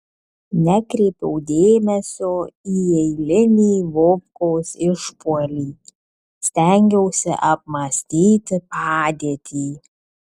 nekreipiau dėmesio į eilinį vovkos išpuolį stengiausi apmąstyti padėtį